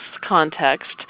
context